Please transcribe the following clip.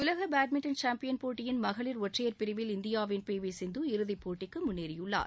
உலக badminton champion போட்டியின் மகளிர் ஒற்றையர் பிரிவில் இந்தியாவின் பி வி சிந்து இறுதிப்போட்டிக்கு முன்னேறியுள்ளார்